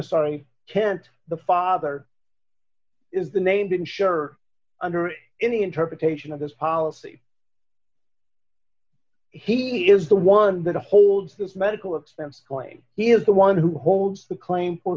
sorry kent the father is the named insurer under any interpretation of this policy he is the one that holds this medical expense claim he is the one who holds the claim for